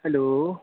hello